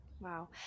Wow